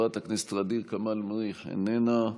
חברת הכנסת ע'דיר כמאל מריח, איננה,